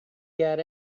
get